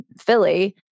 Philly